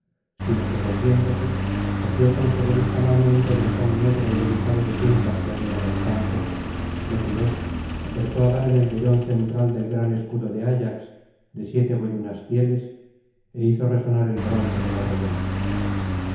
sino que volviéndose cogió con su robusta mano un pedrejón negro y erizado de puntas que había en el campo lo tiró acertó á dar en el bollón central del gran escudo de ayax de siete boyunas pieles é hizo resonar el bronce de la rodela